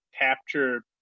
capture